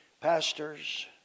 pastors